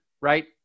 Right